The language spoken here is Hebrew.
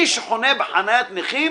מי שחונה בחניית נכים